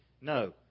No